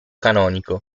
canonico